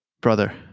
Brother